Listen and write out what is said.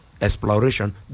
exploration